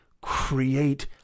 Create